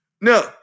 No